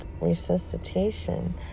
resuscitation